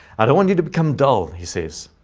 i don't wan you to become dull, he says.